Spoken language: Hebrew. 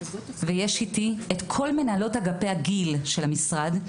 ויש איתי את כל מנהלות אגפי הגיל של המשרד.